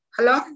Hello